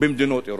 במדינות אירופה.